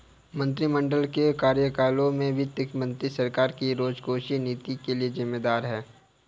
मंत्रिमंडल के कार्यालयों में से वित्त मंत्री सरकार की राजकोषीय नीति के लिए जिम्मेदार है